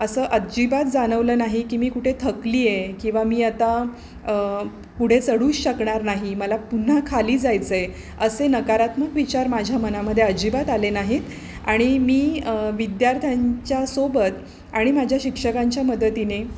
असं अजिबात जाणवलं नाही की मी कुठे थकली आहे किंवा मी आता पुढे चढू शकणार नाही मला पुन्हा खाली जायचं आहे असे नकारात्मक विचार माझ्या मनामध्ये अजिबात आले नाहीत आणि मी विद्यार्थ्यांच्या सोबत आणि माझ्या शिक्षकांच्या मदतीने